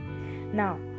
now